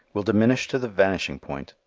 will diminish to the vanishing point,